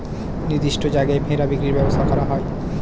নির্দিষ্ট জায়গায় ভেড়া বিক্রির ব্যবসা করা হয়